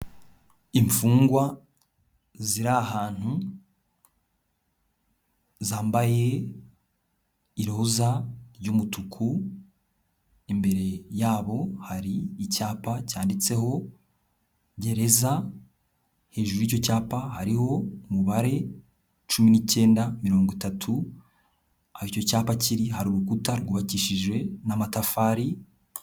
Imfungwa ziri ahantu zambaye iroza ry'umutuku, imbere yabo hari icyapa cyanditseho gereza, hejuru y'icyo cyapa hariho umubare cumi n'icyenda, mirongo itatu, aho icyo cyapa kiri hari urukuta rwubakishije n'amatafari.